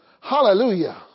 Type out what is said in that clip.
Hallelujah